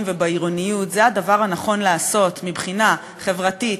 בערים ובעירוניות זה הדבר הנכון לעשות מבחינה חברתית,